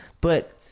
but-